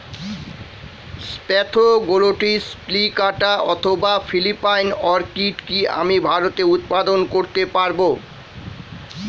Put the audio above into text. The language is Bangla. স্প্যাথোগ্লটিস প্লিকাটা অথবা ফিলিপাইন অর্কিড কি আমি ভারতে উৎপাদন করতে পারবো?